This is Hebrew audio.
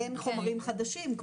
כרגע אין חומרים חדשים,